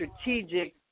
strategic